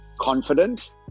confident